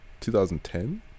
2010